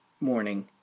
morning